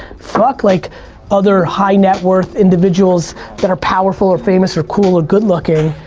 fuck like other high net worth individuals that are powerful or famous or cool or good looking.